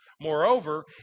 Moreover